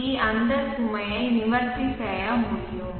we அந்த சுமையை நிவர்த்தி செய்ய முடியும்